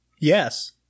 yes